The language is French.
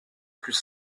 plus